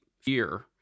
fear